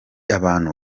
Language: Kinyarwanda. abantu